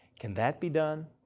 can that be done?